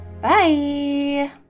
Bye